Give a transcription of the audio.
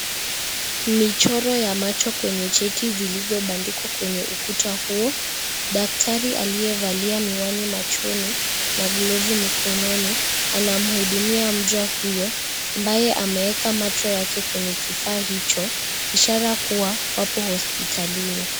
Michoro ya macho kwenye cheti zilizobandikwa kwenye ukuta huo. Daktari aliyevalia miwani machoni na glovu mikononi anamhudumia mja huyo ambaye ameweka macho yake kwenye kifaa hicho ishara kuwa wapo hospitalini.